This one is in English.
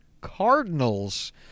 Cardinals